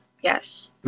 Yes